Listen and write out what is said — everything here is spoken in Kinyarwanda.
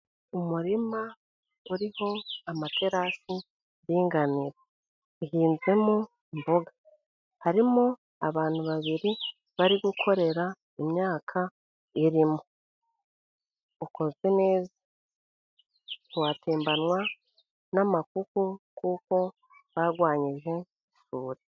Umurima uriho amaterasi dinganire, ihinzwemo imboga, harimo abantu babiri bari gukorera imyaka iririmo, ukozwe neza, ntiwatembanwa n'amakuku kuko barwanyije isuri.